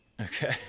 Okay